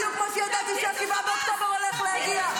בדיוק כמו שידעתי ש-7 באוקטובר הולך להגיע.